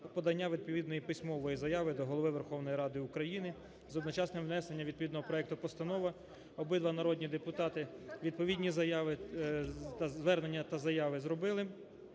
подання відповідної письмової заяви до Голови Верховної Ради України з одночасним внесенням відповідного проекту постанови. Обидва народні депутати відповідні заяви, звернення та заяви зробили.